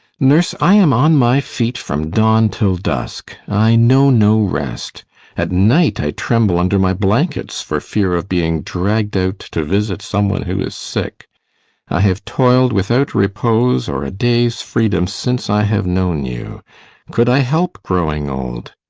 nurse, i am on my feet from dawn till dusk. i know no rest at night i tremble under my blankets for fear of being dragged out to visit some one who is sick i have toiled without repose or a day's freedom since i have known you could i help growing old?